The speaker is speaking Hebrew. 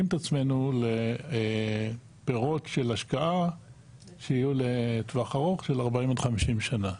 את עצמנו לפירות של השקעה שיהיו לטווח ארוך של 40-50 שנים.